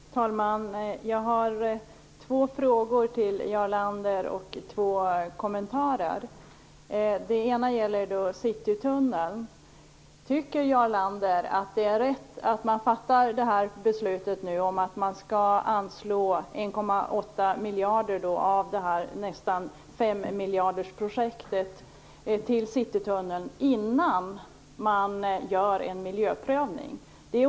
Fru talman! Jag har två frågor till Jarl Lander och två kommentarer. Det ena gäller Citytunneln. Tycker Jarl Lander att det är rätt att man nu fattar beslutet att anslå 1,8 miljarder till Citytunneln, det här nästan femmiljardersprojektet, innan man gör en miljöprövning?